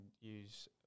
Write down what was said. use